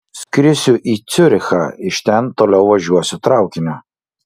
skrisiu į ciurichą iš ten toliau važiuosiu traukiniu